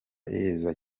yeze